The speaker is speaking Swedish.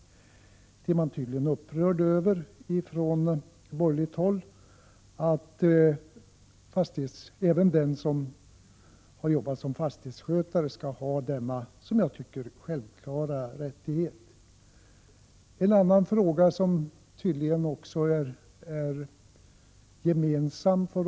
Man är från borgerligt håll tydligen upprörd över att den som arbetar som fastighetsskötare skall få denna, som jag tycker, självklara rättighet. Det finns en annan fråga där de borgerliga har en gemensam syn.